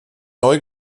neu